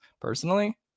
personally